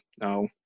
No